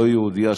לא יהודייה,